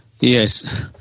Yes